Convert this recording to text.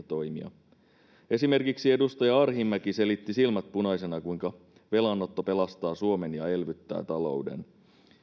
toimia esimerkiksi edustaja arhinmäki selitti silmät punaisena kuinka velanotto pelastaa suomen ja elvyttää talouden